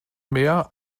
mehr